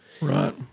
Right